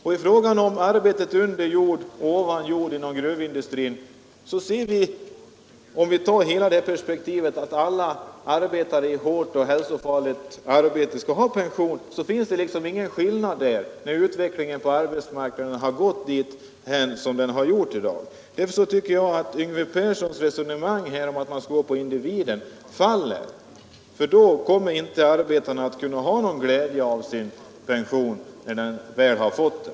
I fråga om arbete under jord och ovan jord i gruvindustrin anser vi att alla arbetare i hårt och hälsofarligt arbete skall ha tidig pension. Det bör inte finnas någon skillnad när utvecklingen på arbetsmarknaden har varit sådan den varit. Därför tycker jag att Yngve Perssons resonemang om att man skall gå på individen faller. Då kommer arbetarna inte att ha någon glädje av sin pension när de väl har fått den.